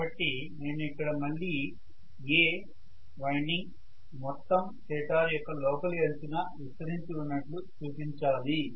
కాబట్టి నేను ఇక్కడ మళ్ళీ A వైండింగ్ మొత్తం స్టేటర్ యొక్క లోపలి అంచున విస్తరించి ఉన్నట్లు చూపించాలి